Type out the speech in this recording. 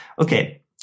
Okay